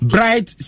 Bright